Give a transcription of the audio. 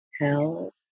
held